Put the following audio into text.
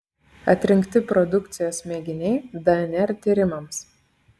atrinkti produkcijos mėginiai dnr tyrimams